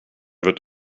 wird